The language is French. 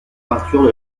peintures